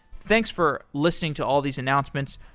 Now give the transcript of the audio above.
thanks for listening to all these announcements.